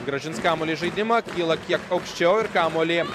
grąžins kamuolį į žaidimą kyla kiek aukščiau ir kamuolį